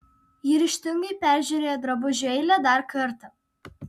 ji ryžtingai peržiūrėjo drabužių eilę dar kartą